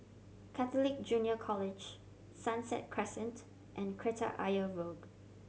Catholic Junior College Sunset Crescent and Kreta Ayer Road